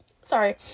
Sorry